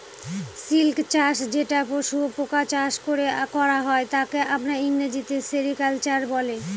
silk চাষ যেটা শুয়োপোকা চাষ করে করা হয় তাকে আমরা ইংরেজিতে সেরিকালচার বলে